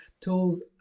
Tools